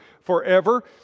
forever